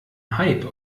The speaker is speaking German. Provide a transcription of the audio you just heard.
hype